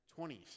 20s